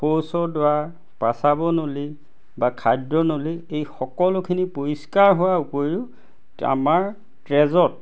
শৌচৰ দুৱাৰ পাচাবৰ নলী বা খাদ্যনলী এই সকলোখিনি পৰিষ্কাৰ হোৱাৰ উপৰিও আমাৰ তেজত